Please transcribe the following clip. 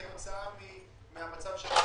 כתוצאה ממצב הקורונה.